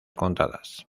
contadas